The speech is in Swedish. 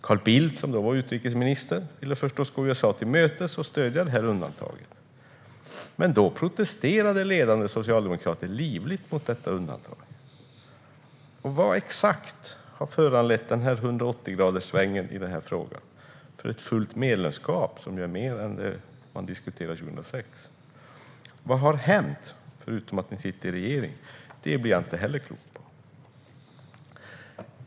Carl Bildt, som då var utrikesminister, ville förstås gå USA till mötes och stödja detta undantag. Då protesterade dock ledande socialdemokrater livligt. Exakt vad har föranlett 180-graderssvängen i denna fråga? Ett fullt medlemskap är ju mer än det man diskuterade 2006. Vad har hänt, förutom att Socialdemokraterna sitter i regeringen? Det blir jag inte heller klok på.